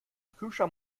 kühlschrank